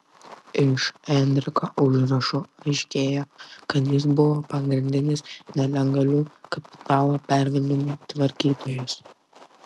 iš enriko užrašų aiškėjo kad jis buvo pagrindinis nelegalių kapitalo pervedimų tvarkytojas